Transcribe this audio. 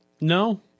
No